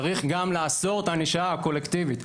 צריך גם לעשות ענישה קולקטיבית.